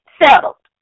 settled